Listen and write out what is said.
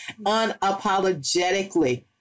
Unapologetically